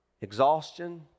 exhaustion